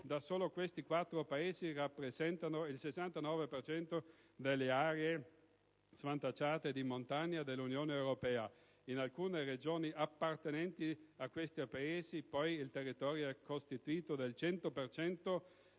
Da soli, questi quattro Paesi rappresentano il 69 per cento delle aree svantaggiate di montagna dell'Unione europea. In alcune regioni appartenenti a questi Paesi, poi, il territorio è costituito al 100